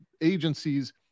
agencies